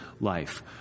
life